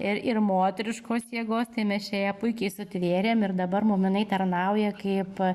ir ir moteriškos jėgos tai mes čia ją puikiai sutvėrėm ir dabar mum jinai tarnauja kaip